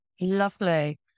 Lovely